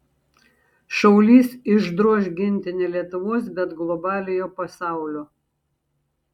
šaulys išdroš ginti ne lietuvos bet globaliojo pasaulio